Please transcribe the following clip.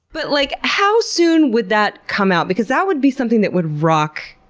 but like how soon would that come out, because that would be something that would rock